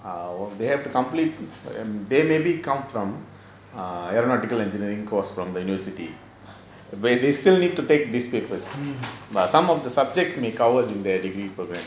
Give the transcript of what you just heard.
mm